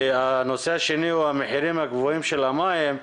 הנושא השני הוא המחירים הגבוהים של המים.